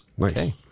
Okay